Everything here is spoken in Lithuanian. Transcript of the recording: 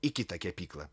į kitą kepyklą